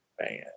man